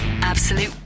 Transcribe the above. Absolute